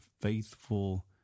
faithful